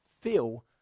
feel